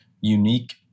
unique